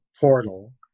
portal